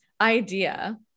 idea